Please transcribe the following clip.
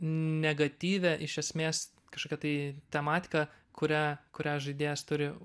negatyvią iš esmės kažkokią tai tematiką kurią kurią žaidėjas turi